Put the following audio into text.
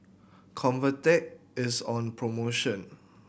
Convatec is on promotion